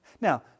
Now